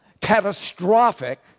catastrophic